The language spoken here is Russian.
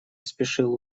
спешил